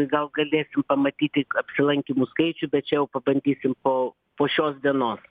gal galėsim pamatyti apsilankymų skaičių bet čia jau pabandysim po po šios dienos